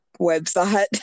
website